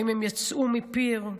האם הם יצאו מפיר?